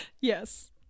Yes